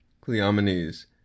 Cleomenes